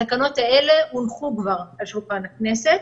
התקנות האלה הונחו כבר על שולחן הכנסת.